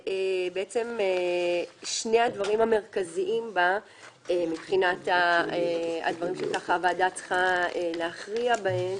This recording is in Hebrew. בעצם שני הדברים המרכזיים בה מבחינת הדברים שהוועדה צריכה להכריע בהם